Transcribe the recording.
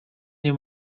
nie